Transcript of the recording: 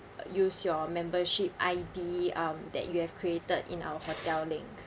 use your membership I_D um that you have created in our hotel link